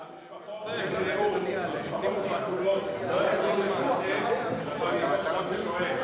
והמשפחות השכולות לא יכלו להשתתף בחגיגות נבי שועייב.